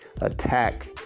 attack